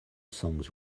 songs